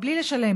בלי לשלם.